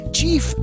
Chief